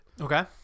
okay